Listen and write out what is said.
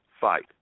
fight